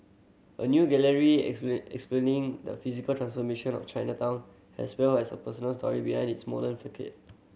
a new gallery explain explaining the physical transformation of Chinatown as well as personal story behind its modern